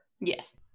Yes